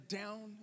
down